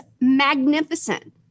magnificent